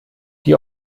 die